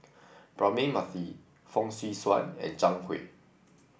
Braema Mathi Fong Swee Suan and Zhang Hui